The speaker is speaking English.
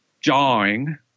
jawing